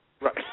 Right